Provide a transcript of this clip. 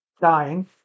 dying